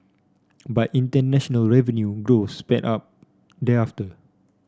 but international revenue growth sped up thereafter